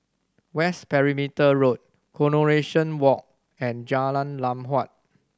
West Perimeter Road Coronation Walk and Jalan Lam Huat